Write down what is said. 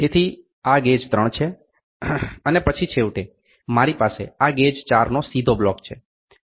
તેથી આ ગેજ 3 છે અને પછી છેવટે મારી પાસે આ ગેજ 4નો સીધો બ્લોક છે